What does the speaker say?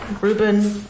Ruben